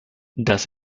das